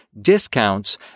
discounts